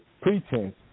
pretense